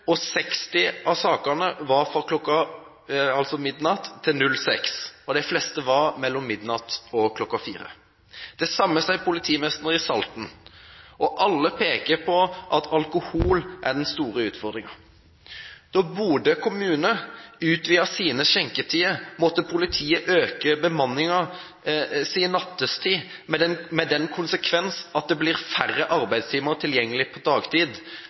og 60 av sakene fant sted mellom midnatt og kl. 6 – de fleste mellom midnatt og kl. 4. Det samme sier også politimesteren i Salten. Alle peker på at alkohol er den store utfordringen. Da Bodø kommune utvidet sine skjenketider, måtte politiet øke bemanningen nattetid, med den konsekvens at det ble færre arbeidstimer tilgjengelig på dagtid,